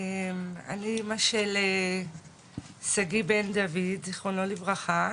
אני אמא של שגיא בן דוד, זכרונו לברכה,